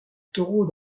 taureaux